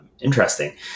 Interesting